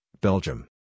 Belgium